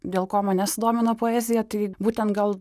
dėl ko mane sudomino poezija tai būtent gal